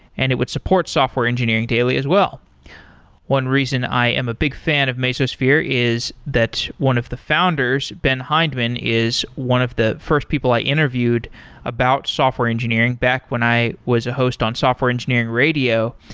and it would support software engineering daily as well one reason i am a big fan of mesosphere is that one of the founders ben hindman is one of the first people i interviewed about software engineering back when i was a host on software engineering radio.